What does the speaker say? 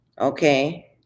okay